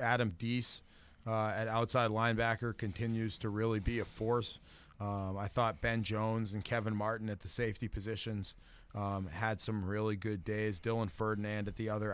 adam d s outside linebacker continues to really be a force i thought ben jones and kevin martin at the safety positions had some really good days dillon ferdinand at the other